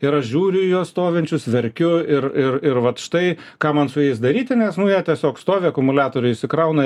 ir aš žiūriu juos stovinčius verkiu ir ir ir vat štai ką man su jais daryti nes nu jie tiesiog stovi akumuliatoriai išsikrauna